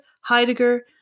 Heidegger